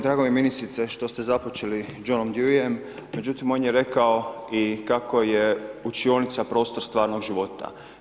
Drago mi je ministrice što ste započeli John Duryiem međutim, on je rekao i kako je učionica prostor stvarnog života.